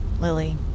Lily